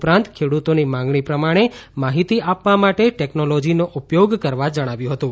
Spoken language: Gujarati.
ઉપરાંત ખેડૂતોની માંગણી પ્રમાણે માહિતી આપવા માટે ટેકનોલોજીનો ઉપયોગ કરવા જણાવ્યું હતું